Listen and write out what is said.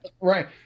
right